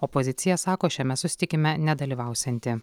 opozicija sako šiame susitikime nedalyvausianti